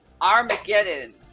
Armageddon